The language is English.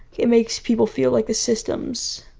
it makes people feel like the system's